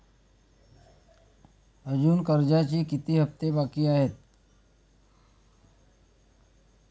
अजुन कर्जाचे किती हप्ते बाकी आहेत?